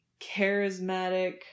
charismatic